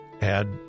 add